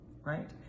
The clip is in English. right